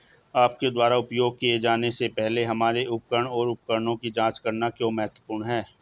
आपके द्वारा उपयोग किए जाने से पहले हमारे उपकरण और उपकरणों की जांच करना क्यों महत्वपूर्ण है?